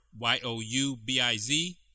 Y-O-U-B-I-Z